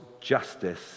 justice